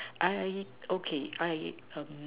I okay I um